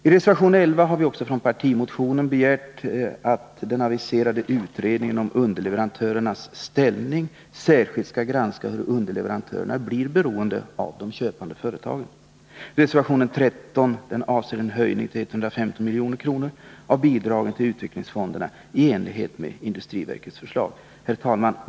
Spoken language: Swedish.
I reservationen 11 har vi i enlighet med partimotionen begärt att den aviserade utredningen om underleverantörernas ställning särskilt skall granska hur underleverantörerna blir beroende av de köpande företagen. Herr talman!